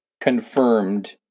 confirmed